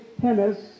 tennis